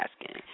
asking